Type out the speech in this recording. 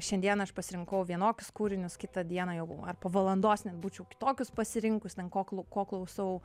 šiandien aš pasirinkau vienokius kūrinius kitą dieną jau ar po valandos net būčiau kitokius pasirinkus ten koklu ko klausau